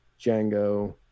Django